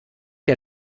der